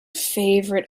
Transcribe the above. favorite